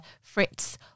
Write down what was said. Fritz